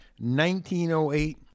1908